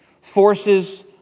forces